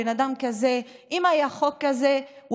אם היה חוק כזה,